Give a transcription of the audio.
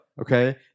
Okay